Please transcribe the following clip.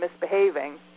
misbehaving